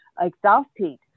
exhausted